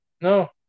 No